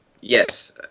Yes